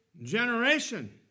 Generation